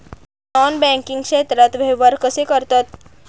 Non banking क्षेत्रात व्यवहार कसे करतात?